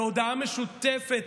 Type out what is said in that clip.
בהודעה משותפת,